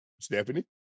Stephanie